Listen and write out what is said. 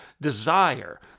desire